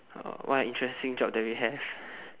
oh what an interesting job that we have